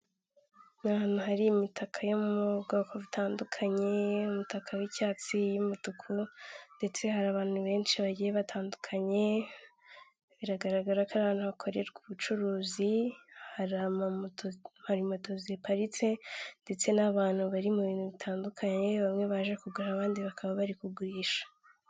Ni ahantu hari imitaka yo mu bwoko butandukanye, umutaka w'icyatsi n'umutuku, ndetse hari abantu benshi bagiye batandukanye biragaragara ko ari ahantu hakorerwa ubucuruzi harimado ziparitse ndetse n'abantu bari mu bintu bitandukanye bamwe baje kugura abandi bakaba bari kugurisha.